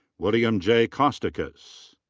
william j. costakis.